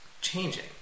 changing